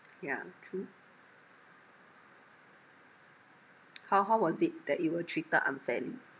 ya true how how was it that you were treated unfairly